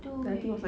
!aduh!